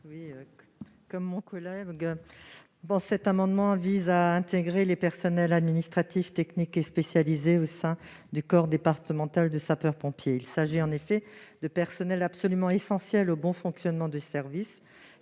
de mon collègue, cet amendement vise à intégrer les personnels administratifs, techniques et spécialisés au sein du corps départemental de sapeurs-pompiers. Il s'agit en effet de personnels absolument essentiels au bon fonctionnement des services.